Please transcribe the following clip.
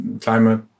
climate